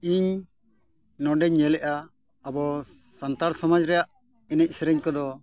ᱤᱧ ᱱᱚᱰᱮᱧ ᱧᱮᱞᱮᱫᱼᱟ ᱟᱵᱚ ᱥᱟᱱᱛᱟᱲ ᱥᱚᱢᱟᱡᱽ ᱨᱮᱭᱟᱜ ᱮᱱᱮᱡᱼᱥᱮᱨᱮᱧ ᱠᱚᱫᱚ